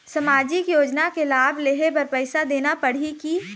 सामाजिक योजना के लाभ लेहे बर पैसा देना पड़ही की?